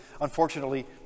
Unfortunately